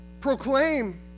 Proclaim